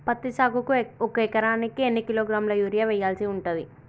పత్తి సాగుకు ఒక ఎకరానికి ఎన్ని కిలోగ్రాముల యూరియా వెయ్యాల్సి ఉంటది?